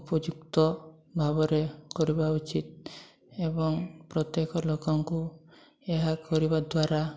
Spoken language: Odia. ଉପଯୁକ୍ତ ଭାବରେ କରିବା ଉଚିତ୍ ଏବଂ ପ୍ରତ୍ୟେକ ଲୋକଙ୍କୁ ଏହା କରିବା ଦ୍ୱାରା